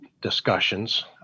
discussions